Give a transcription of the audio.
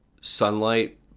sunlight